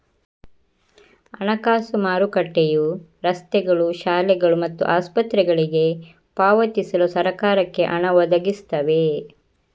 ಹಣಕಾಸು ಮಾರುಕಟ್ಟೆಯು ರಸ್ತೆಗಳು, ಶಾಲೆಗಳು ಮತ್ತು ಆಸ್ಪತ್ರೆಗಳಿಗೆ ಪಾವತಿಸಲು ಸರಕಾರಕ್ಕೆ ಹಣ ಒದಗಿಸ್ತವೆ